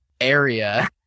area